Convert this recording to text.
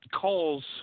Calls